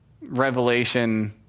revelation